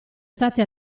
stati